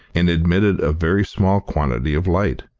and admitted a very small quantity of light.